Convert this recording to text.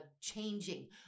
changing